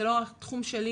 זה לא התחום שלי,